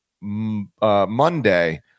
Monday